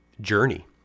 journey